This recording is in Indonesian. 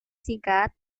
singkat